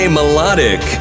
Melodic